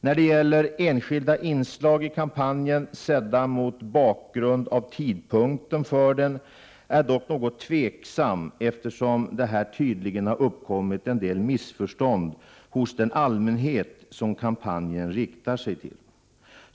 När det gäller enskilda inslag i kampanjen, sedda mot bakgrund av tidpunkten för den, är jag dock något tveksam, eftersom det här tydligen har uppkommit en del missförstånd hos den allmänhet som kampanjen riktar sig till.